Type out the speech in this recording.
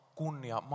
kunnia